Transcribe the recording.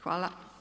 Hvala.